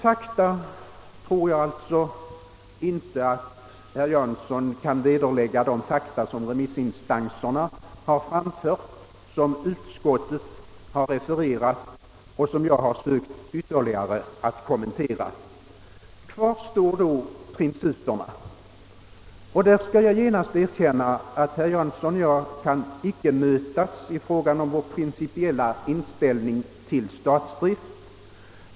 Jag tror alltså inte att herr Jansson kan vederlägga de fakta som remissinstanserna har anfört, som utskottet har refererat och som jag har sökt att ytterligare kommentera. Kvar står principerna, och därvidlag skall jag genast erkänna att herr Jansson och jag icke kan mötas i fråga om vår principiella inställning till statsdrift.